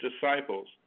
disciples